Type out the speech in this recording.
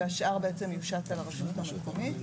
והשאר יושת על הרשות המקומית.